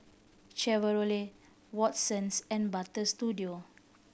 Chevrolet Watsons and Butter Studio